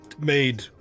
made